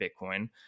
Bitcoin